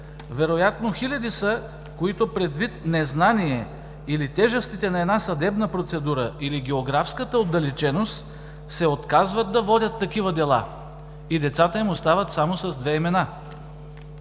вероятно са хиляди, които предвид незнание или тежестите на една съдебна процедура, или географската отдалеченост се отказват да водят такива дела и децата им остават само с две имена.